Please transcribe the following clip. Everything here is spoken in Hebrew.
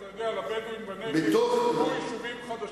אתה יודע, לבדואים בנגב הוקמו יישובים חדשים.